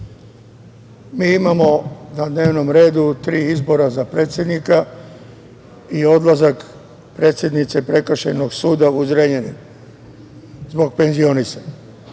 mi imamo na dnevnom redu tri izbora za predsednika i odlazak predsednice Prekršajnog suda u Zrenjaninu zbog penzionisanja.